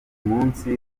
munsi